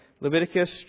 Leviticus